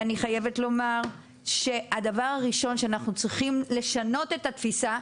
ואני חייבת לומר שהדבר הראשון שאנחנו צריכים לשנות את התפיסה,